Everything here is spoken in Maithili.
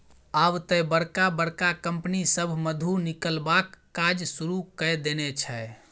आब तए बड़का बड़का कंपनी सभ मधु निकलबाक काज शुरू कए देने छै